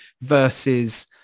versus